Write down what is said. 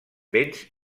vents